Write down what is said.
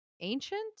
ancient